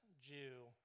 Jew